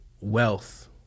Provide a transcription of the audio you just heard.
wealth